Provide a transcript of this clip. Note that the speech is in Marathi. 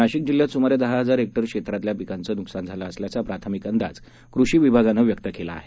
नाशिक जिल्ह्यात सुमारे दहा हजार हेक्टर क्षेत्रातल्या पिकांचं नुकसान झालं असल्याचा प्राथमिक अंदाज कृषी विभागानं व्यक्त केला आहे